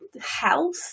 health